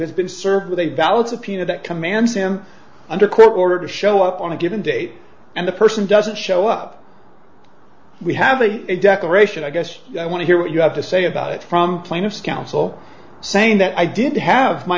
has been served with a valid subpoena that commands him under court order to show up on a given date and the person doesn't show up we have a declaration i guess i want to hear what you have to say about it from plaintiff's counsel saying that i did have my